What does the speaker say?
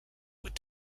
with